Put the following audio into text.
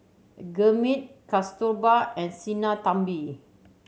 Gurmeet Kasturba and Sinnathamby